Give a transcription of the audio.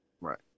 Right